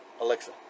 Alexa